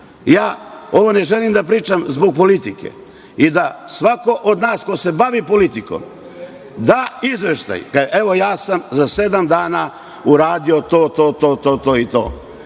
ovo ne želim da pričam zbog politike i da svako od nas ko se bavi politikom da izveštaj – evo, ja sam za sedam dana uradio to, to, to i to,